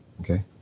okay